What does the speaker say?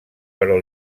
però